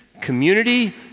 community